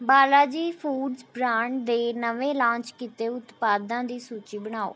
Balaji foods brand ਦੇ ਨਵੇਂ launch ਕੀਤੇ ਉਤਪਾਦਾਂ ਦੀ ਸੂਚੀ ਬਣਾਉ